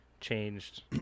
changed